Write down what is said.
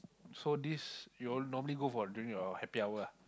so this you all normally go for during your happy hour ah